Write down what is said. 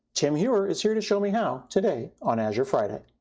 tim heuer is here to show me how today on azure friday.